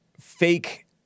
fake